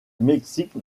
mexique